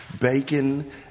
bacon